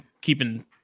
keeping